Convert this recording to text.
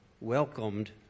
welcomed